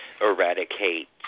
eradicate